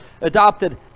adopted